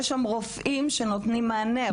יש שם רופאים שנותנים מענה.